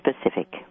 specific